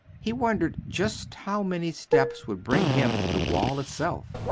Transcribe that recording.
he wondered just how many steps would bring him to the wall itself.